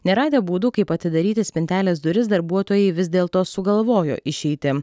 neradę būdų kaip atidaryti spintelės duris darbuotojai vis dėl to sugalvojo išeitį